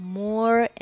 more